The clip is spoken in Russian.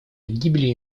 гибелью